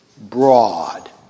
broad